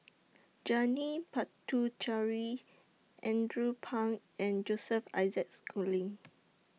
Janil Puthucheary Andrew Phang and Joseph Isaac Schooling